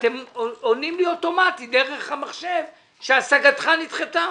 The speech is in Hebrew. ואתם עונים לי אוטומטית דרך המחשב שהשגתך נדחתה.